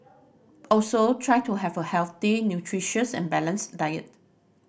also try to have a healthy nutritious and balanced diet